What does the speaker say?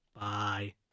Bye